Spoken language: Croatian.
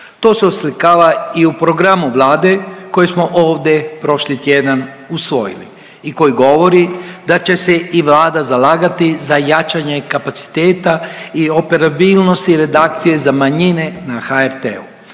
To se oslikava i u programu Vlada koji smo ovdje prošli tjedan usvojili i koji govori da će se i Vlada zalagati za jačanje kapaciteta i operabilnosti redakcije za manjine na HRT-u